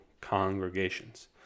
congregations